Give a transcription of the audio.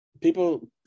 people